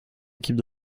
équipe